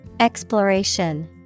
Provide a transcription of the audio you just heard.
Exploration